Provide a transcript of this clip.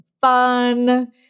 fun